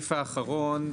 הסעיף האחרון,